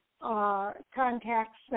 contacts